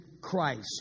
Christ